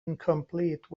incomplete